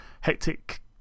hectic